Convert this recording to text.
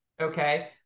okay